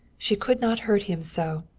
she could not hurt him so.